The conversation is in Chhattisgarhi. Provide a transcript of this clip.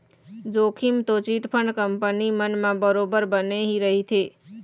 जोखिम तो चिटफंड कंपनी मन म बरोबर बने ही रहिथे